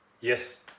Yes